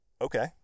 Okay